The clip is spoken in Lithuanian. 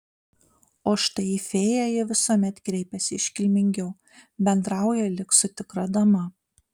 o štai į fėją ji visuomet kreipiasi iškilmingiau bendrauja lyg su tikra dama